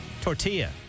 tortilla